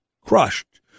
Crushed